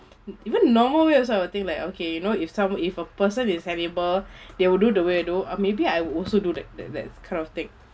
even normal way also I would think like okay you know if some if a person is hannibal they will do the way though or maybe I will also do that that kind of thing